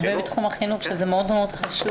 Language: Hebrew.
אתה מערב את תחום החינוך שזה מאוד מאוד חשוב.